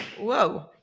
Whoa